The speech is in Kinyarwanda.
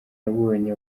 yabonye